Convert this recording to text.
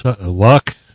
Luck